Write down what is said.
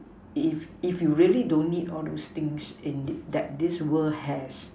if if you really don't need all those things in that this world has